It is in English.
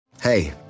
Hey